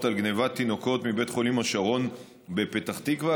על גנבת תינוקות מבית חולים השרון בפתח תקווה,